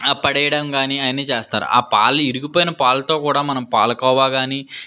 పడేయడం కానీ అవన్నీ చేస్తారు ఆ పాలు విరిగిపోయిన పాలతో కూడా మనం పాలకోవా కానీ